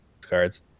cards